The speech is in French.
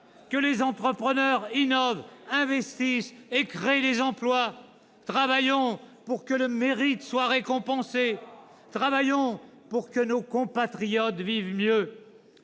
que les entrepreneurs innovent, investissent et créent des emplois. Travaillons pour que le mérite soit récompensé. Travaillons pour que nos compatriotes vivent mieux.